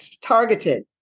targeted